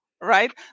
right